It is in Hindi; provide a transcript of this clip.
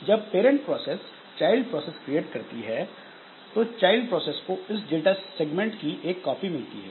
जब parent process child process create करती है तो चाइल्ड प्रोसेस को इस डाटा सेगमेंट की एक कॉपी मिलती है